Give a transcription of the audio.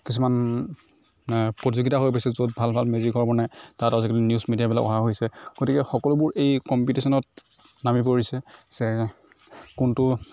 কিছুমান প্ৰতিযোগিতা হয় বেছি য'ত ভাল ভাল মেজিঘৰ বনায় তাত আজিকালি নিউজ মিডিয়াবোৰ অহা হৈছে গতিকে সকলোবোৰ এই কম্পিটিশ্যনত নামি পৰিছে যে কোনটো